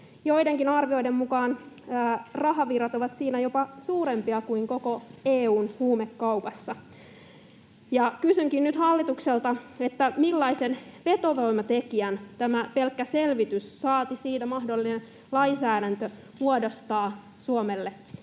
Joidenkin arvioiden mukaan rahavirrat ovat siinä jopa suurempia kuin koko EU:n huumekaupassa. Kysynkin nyt hallitukselta, millaisen vetovoimatekijän tämä pelkkä selvitys, saati mahdollinen lainsäädäntö, muodostaa Suomelle